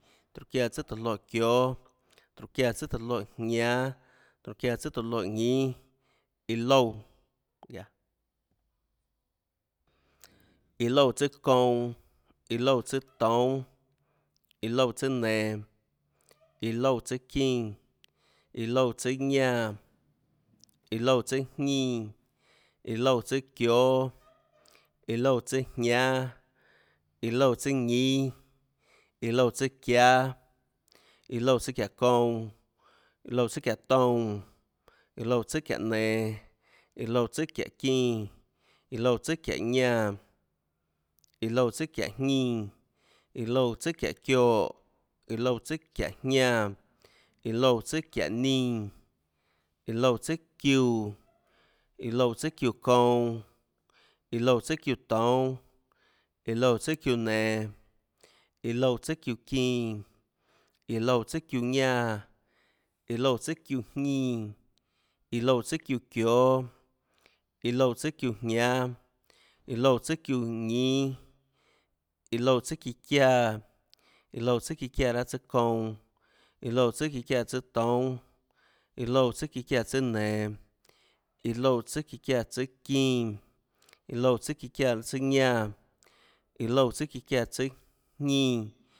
Tróhå çiáã tsùâ tóå loè çióâ. tróhå çiáã tsùâ tóå loè jñánâ. tróhå çiáã tsùâ tóå loè ñínâ, iã loúã, ya iã loúã tsùàkounã, iã loúã tsùà toúnâ iã loúã tsùà nenå iã loúã tsùà çín, iã loúã tsùàñánã, iã loúã tsùàjñínã, iã loúã tsùà çióâ, iã loúã tsùàjñánâ, iã loúã tsùà ñínâ iã loúã tsùà çiáâ, iã loúã tsùà çiáhå kounã, iã loúã tsùàçiáhå toúnâ, iã loúã tsùàçiáhå nen, iã loúã tsùà çiáhå çínã. iã loúã tsùà çiáhå ñánã. iã loúã tsùà çiáhå jñínã. iã loúã tsùà çiáhå çioè. iã loúã tsùà çiáhå jñánã, iã loúã tsùàçiáhå nínã. iã loúã tsùà çiúã, iã loúã tsùà çiúã kounã. iã loúã tsùà çiúã toúnâ, iã loúã tsùà çiúã nenå. iã loúã tsùà çiúã çínã, iã loúã tsùà çiúã ñánã, iã loúã tsùà çiúãjñínã, iã loúã tsùà çiúã çióâ. iã loúã tsùà çiúã jñánâ, iã loúã tsùà çiúã ñínâ, iã loúã tsùà çíã çiáã. iã loúã tsùàçíã çiáã raâ tsùâ kounã. iã loúã tsùàçíã çiáã tsùâ toúnâ. iã loúã tsùà çíã çiáã tsùâ nenå, iã loúã tsùàçíã çiáã tsùâ çínã, iã loúã tsùàçíã çiáã tsùâ ñánã. iã loúã tsùà çíã çiáã tsùâ jñínã,